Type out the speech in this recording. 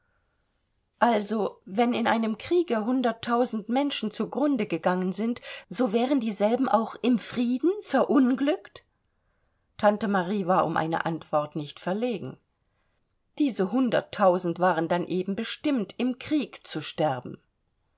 also wenn in einem kriege hunderttausend menschen zu grunde gegangen sind so wären dieselben auch im frieden verunglückt tante marie war um eine antwort nicht verlegen diese hunderttausend waren dann eben bestimmt im krieg zu sterben